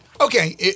Okay